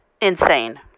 insane